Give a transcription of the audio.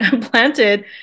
planted